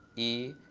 e,